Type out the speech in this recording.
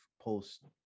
post